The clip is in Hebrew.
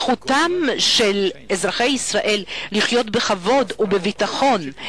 זכותם של אזרחי ישראל לחיות בכבוד ובביטחון,